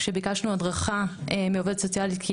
כשביקשנו הדרכה ראשונית מעובדת סוציאלית כי